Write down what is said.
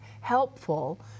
helpful